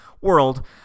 World